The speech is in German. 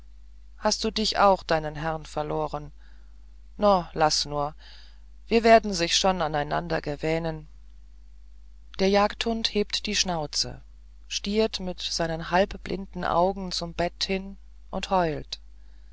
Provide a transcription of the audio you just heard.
hast du dich auch deinen herrn verloren no laß nur wir werden sich schon aneinander gewähnen der jagdhund hebt die schnauze stiert mit seinen halbblinden augen zum bett hin und heult